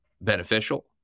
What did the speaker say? beneficial